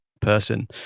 person